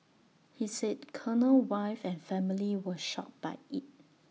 he said Cornell wife and family were shocked by IT